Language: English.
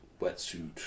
wetsuit